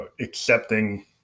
accepting